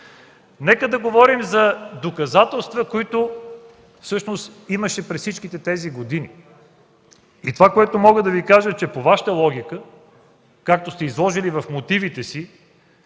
Нека да говорим за доказателства, които всъщност имаше през всички тези години. Това, което мога да кажа, че по Вашата логика, както сте изложили в мотивите си